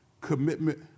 commitment